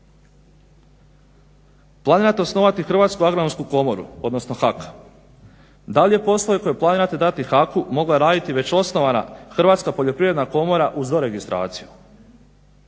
Planirate osnovati Hrvatsku agronomsku komoru, odnosno HAK. Da li je poslove koje planirate dati HAK-u mogla raditi već osnovana Hrvatska poljoprivredna komora uz doregistraciju?